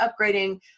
upgrading